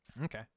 Okay